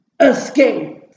escape